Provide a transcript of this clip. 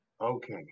Okay